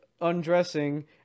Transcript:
undressing